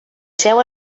seu